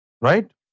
Right